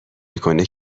میکنه